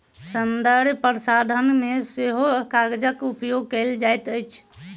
सौन्दर्य प्रसाधन मे सेहो कागजक उपयोग कएल जाइत अछि